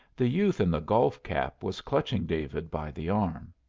the youth in the golf cap was clutching david by the arm.